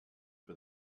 for